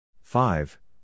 Five